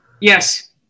Yes